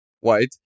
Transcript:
white